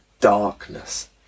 darkness